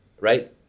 right